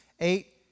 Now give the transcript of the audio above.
Eight